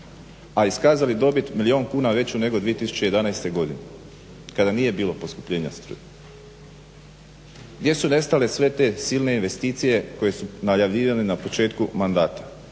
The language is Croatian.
a iskazali dobit milijun kuna veću nego 2011. godine kada nije bilo poskupljenja struje. Gdje su nestale sve te silne investicije koje su najavljivane na početku mandata.